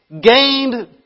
gained